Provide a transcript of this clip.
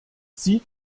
sie